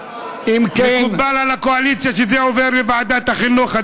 מקובל על הקואליציה שזה עובר לוועדת החינוך,